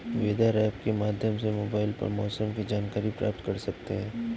weather app के माध्यम से मोबाइल पर मौसम की जानकारी प्राप्त कर सकते हैं